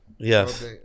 Yes